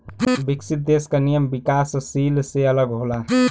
विकसित देश क नियम विकासशील से अलग होला